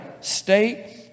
state